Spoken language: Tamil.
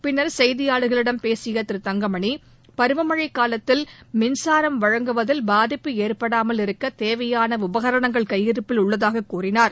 பின்னர் செய்தியாளர்களிடம் பேசிய திரு தங்கமணி பருவமழக் காலத்தில் மின்சாரம் வழங்குவதில் பாதிப்பு ஏற்படமால் இருக்க தேவையான உபகரணங்கள் கையிருப்பில் உள்ளதாக கூறினார்